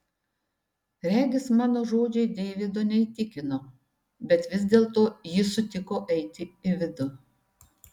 regis mano žodžiai deivido neįtikino bet vis dėlto jis sutiko eiti į vidų